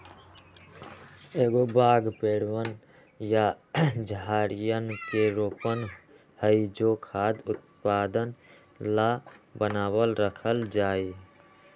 एगो बाग पेड़वन या झाड़ियवन के रोपण हई जो खाद्य उत्पादन ला बनावल रखल जाहई